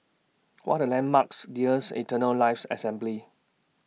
What Are The landmarks nears Eternal Life Assembly